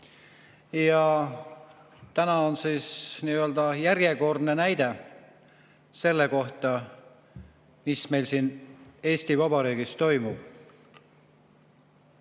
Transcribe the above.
Täna on siis järjekordne näide selle kohta, mis meil siin Eesti Vabariigis toimub.